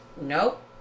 Nope